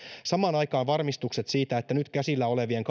samaan aikaan varmistukset siitä että nyt käsillä olevien